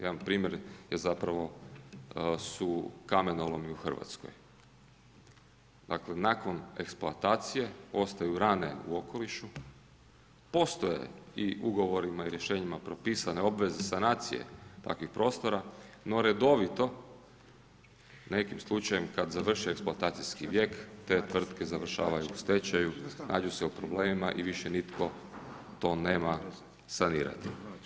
Jedan primjer su zapravo kamenolomi u Hrvatskoj, dakle nakon eksploatacije ostaje rane u okolišu, postoje i u ugovorima i rješenjima propisane obveze sanacije takvih prostora no redovito nekim slučajem kad završe eksploatacijski vijek te tvrtke završavaju u stečaju, nađu se u problemima i više nitko to nema sanirati.